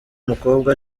umukobwa